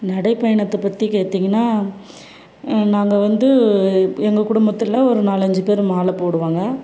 நடைப்பயணத்தை பற்றி கேட்டிங்கனா நாங்கள் வந்து எங்கள் குடும்பத்தில் ஒரு நாலஞ்சு பேர் மாலை போடுவாங்க